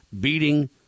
beating